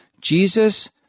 Jesus